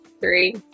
Three